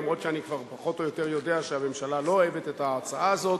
אף שאני כבר פחות או יותר יודע שהממשלה לא אוהבת את ההצעה הזאת,